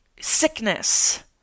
sickness